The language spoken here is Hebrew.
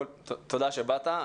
תודה שבאת.